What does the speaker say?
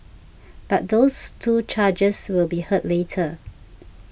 but those two charges will be heard later